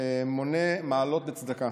מונה מעלות לצדקה